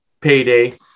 payday